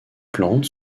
plantes